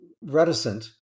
reticent